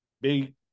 big